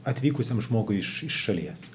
atvykusiam žmogui iš iš šalies